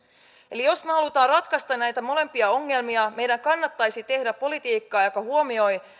eli jos me haluamme ratkaista näitä molempia ongelmia meidän kannattaisi tehdä sekä politiikkaa joka huomioi